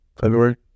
February